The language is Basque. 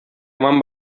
eman